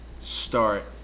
start